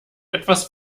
etwas